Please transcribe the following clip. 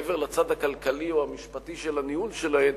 מעבר לצד הכלכלי או המשפטי של הניהול שלהן,